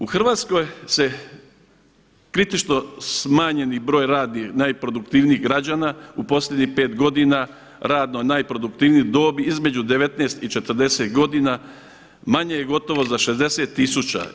U Hrvatskoj se kritično smanjeni broj najproduktivnijih građana u posljednjih 5 godina radno najproduktivnije dobi između 19 i 40 godina manje je gotovo za 60000.